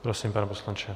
Prosím, pane poslanče.